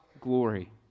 glory